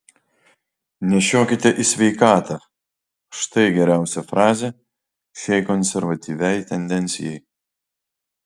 nešiokite į sveikatą štai geriausia frazė šiai konservatyviai tendencijai